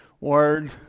word